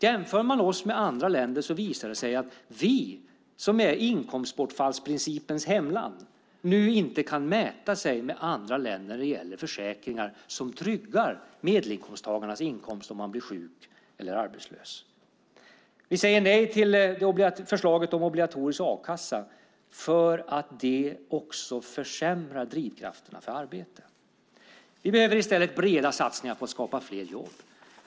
Jämför man oss med andra länder visar det sig att vi, som är inkomstbortfallsprincipens hemland, nu inte kan mäta oss med andra länder när det gäller försäkringar som tryggar medelinkomsttagarnas inkomst om man blir sjuk eller arbetslös. Vi säger nej till förslaget om obligatorisk a-kassa för att det försämrar drivkrafterna för arbete. Vi behöver i stället breda satsningar på att skapa fler jobb.